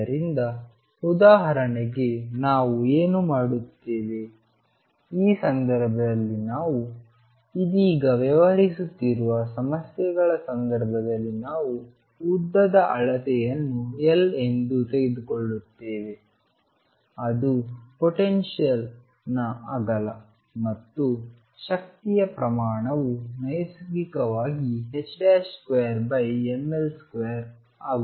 ಆದ್ದರಿಂದ ಉದಾಹರಣೆಗೆ ನಾವು ಏನು ಮಾಡುತ್ತೇವೆ ಈ ಸಂದರ್ಭದಲ್ಲಿ ನಾವು ಇದೀಗ ವ್ಯವಹರಿಸುತ್ತಿರುವ ಸಮಸ್ಯೆಗಳ ಸಂದರ್ಭದಲ್ಲಿ ನಾವು ಉದ್ದದ ಅಳತೆಯನ್ನು L ಎಂದು ತೆಗೆದುಕೊಳ್ಳುತ್ತೇವೆ ಅದು ಪೊಟೆನ್ಶಿಯಲ್ನ ಅಗಲ ಮತ್ತು ಶಕ್ತಿಯ ಪ್ರಮಾಣವು ನೈಸರ್ಗಿಕವಾಗಿ 2mL2ಆಗುತ್ತದೆ